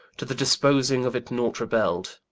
to the disposing of it nought rebell'd,